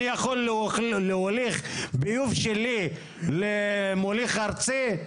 אני יכול להוליך ביוב שלי למוליך הארצי?